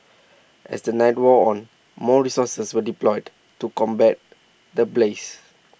as the night wore on more resources were deployed to combat the blaze